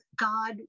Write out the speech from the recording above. God